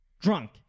drunk